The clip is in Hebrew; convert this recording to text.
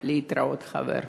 להתראות, חבר.